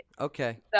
Okay